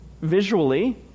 Visually